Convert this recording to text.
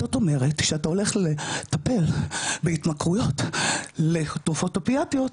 זאת אומרת שאתה הולך לטפל בהתמכרויות לתרופות אופיאטיות,